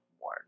more